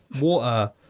water